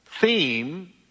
theme